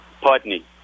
Putney